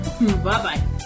Bye-bye